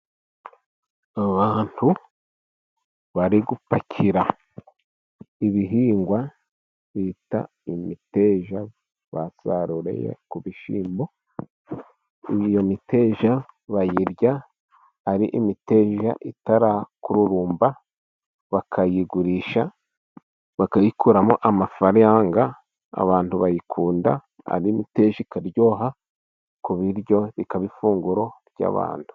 Abantu bari gupakira ibihingwa bita imiteja basaruye ku bishyimbo. Iyo miteja bayirya ari imiteja itarakururumba, bakayigurisha, bakayikuramo amafaranga. Abantu bayikunda ari imiteja ikaryoha ku biryo, ibikaba ifunguro ry'abantu.